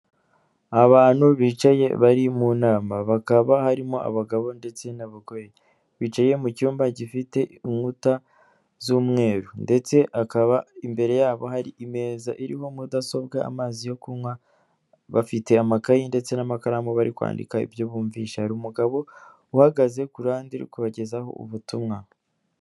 Abantu bicaye bari mu nama bakaba harimo abagabo ndetse n'abagore, bicaye mu cyumba gifite inkuta z'umweru ndetse akaba imbere yabo hari imeza iriho mudasobwa, amazi yo kunywa bafite amakayi ndetse n'amakaramu bari kwandika ibyo bumvishe. Hari umugabo uhagaze ku ruhande uri kubabagezaho ubutumwa.